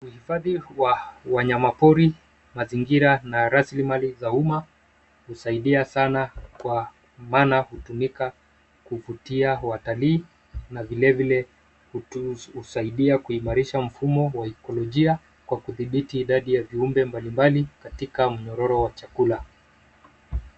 Uhifadhi wa wanyama pori ,mazingira na raslimali za umma, husaidia sana kwa maana hutumika kuvutia watalii na vilivile kusaidia kuimarisha mfumo wa ekolojia kwa kudhibiti idadi ya vyumbe mbalimbali katika mnyororo wa chakula